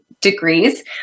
degrees